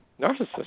narcissist